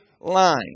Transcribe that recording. line